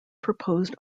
proposed